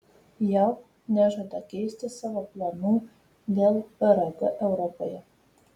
jav nežada keisti savo planų dėl prg europoje